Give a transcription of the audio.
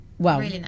Wow